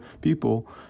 people